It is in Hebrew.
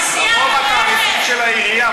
של העירייה?